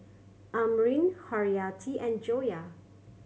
Amrin Haryati and Joyah